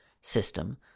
system